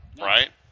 Right